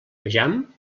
vejam